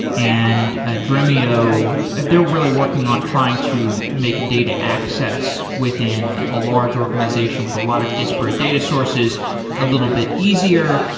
and ah dremio, they're they're really working on trying to make data access within a large organization with a lot of disparate data sources a little bit easier.